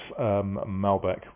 Malbec